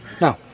No